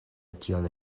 tion